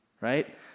right